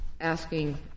asking